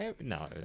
No